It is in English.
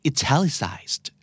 Italicized